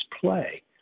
play